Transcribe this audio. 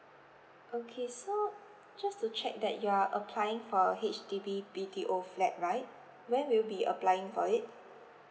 okay so just to check that you are applying for H_D_B B_T_O flat right when will you be applying for it